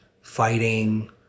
fighting